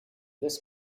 this